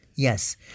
Yes